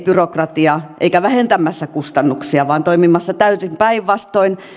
byrokratiaa eikä vähentämässä kustannuksia vaan toimimassa täysin päinvastoin